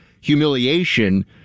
humiliation